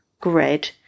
grid